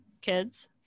kids